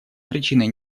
причины